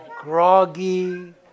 Groggy